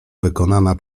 wykonana